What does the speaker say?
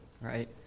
right